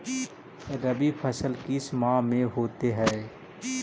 रवि फसल किस माह में होते हैं?